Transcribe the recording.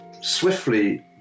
swiftly